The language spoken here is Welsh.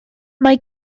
mae